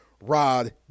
Rod